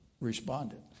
responded